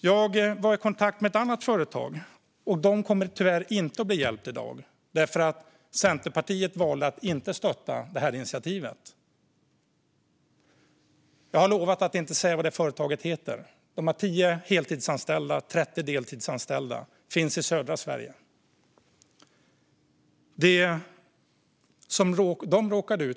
Jag var i kontakt med ett annat företag, och det kommer tyvärr inte att bli hjälpt i dag. Det är därför att Centerpartiet har valt att inte stötta det initiativet. Jag har lovat att inte säga vad företaget heter. Företaget har tio heltidsanställda och 30 deltidsanställda, och det finns i södra Sverige.